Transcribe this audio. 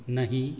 नहीं